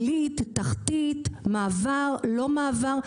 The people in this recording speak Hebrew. היא עלית, היא תחתית, מעבר, לא מעבר?